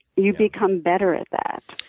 you become better at that.